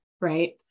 right